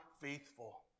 faithful